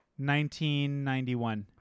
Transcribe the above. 1991